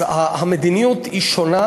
אז המדיניות היא שונה,